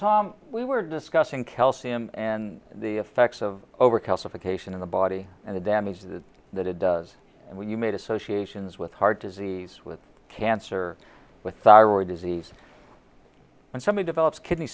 read we were discussing calcium and the effects of over calcification in the body and the damage that that it does and when you made associations with heart disease with cancer with thyroid disease and something develops kidney